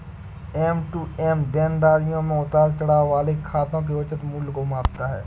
M to M देनदारियों में उतार चढ़ाव वाले खातों के उचित मूल्य को मापता है